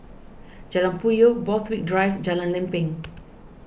Jalan Puyoh Borthwick Drive Jalan Lempeng